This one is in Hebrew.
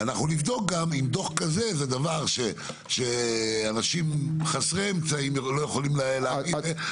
ואנחנו נבדוק אם דוח כזה זה משהו שגם אנשים חסרי אמצעים יוכלו להביא.